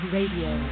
Radio